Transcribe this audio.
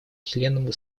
членом